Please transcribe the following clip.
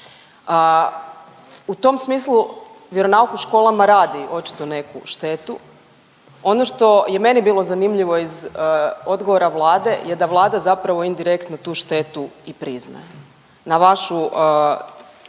U tom smislu vjeronauk u školama radi očito neku štetu. Ono što je meni bilo zanimljivo iz odgovora Vlade je da Vlada zapravo indirektno tu štetu priznaje, na vašu